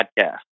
podcast